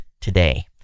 today